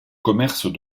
commerce